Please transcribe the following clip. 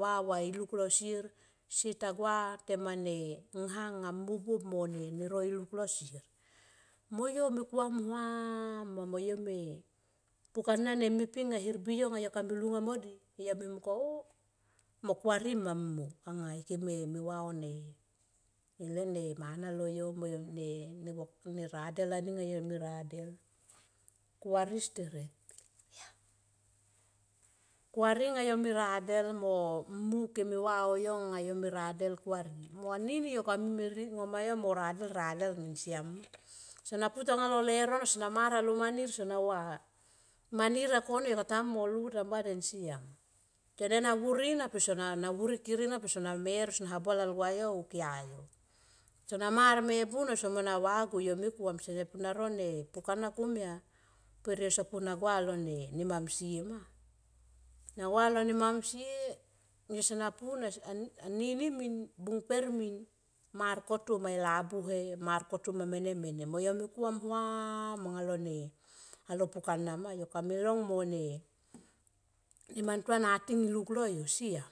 va, va iluk lo sier, sieta gua tema ne ngha nga mu buop mo ne no iluk lo sie. Mo yo me kuam vam ma mo yo me pukana ne me pi nga hermbi yo nga yo kame lunga modi yo me mung kone oh mo kuari ma anga ike me va on ne, ne radel aning anga yo me radel kuari steret, kuari nga yo me radel mo. Mu keme va oh yo nga yo me radel kuari mo anini yo kame ringo mayo mo radel radel min siam ma sona pu tanga lo leuro na sona mar alo manir sona va. Manir anga kone yo kata mui mo livu tamba den siam. Sene na vuri na pe sona vuri kere na pe sona mer sona habua lalgua yo on kia yo. Sona mar me bu na sona va go yo me kuam sene pu na rone pukana komia per yo sopu na gua lo ne mam sie ma na nagua lo ne mam sie yo sona pu na. Anini min bung per min mar koto ma e labuhe mar koto ma mene mene mo yo me kuam humam alo pukana ma yo kame long mo ne mantua nating iluk lol yo siam.